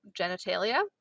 genitalia